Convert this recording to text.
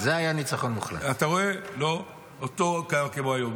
אתה רואה, כמו היום.